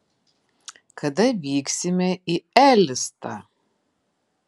kada vyksime į elistą